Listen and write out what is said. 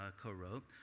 co-wrote